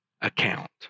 account